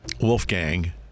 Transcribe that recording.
Wolfgang